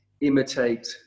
imitate